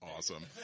Awesome